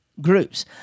groups